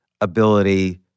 ability